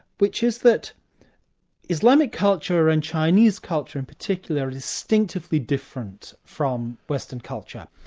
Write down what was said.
which is that islamic culture and chinese culture in particular, are distinctively different from western culture.